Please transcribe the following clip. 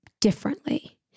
differently